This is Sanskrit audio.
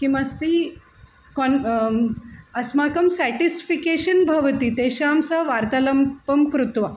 किमस्ति किम् अस्माकं साटिस्फ़िकेशन् भवति तेषां स वार्तालापं कृत्वा